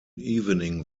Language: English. evening